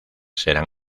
serán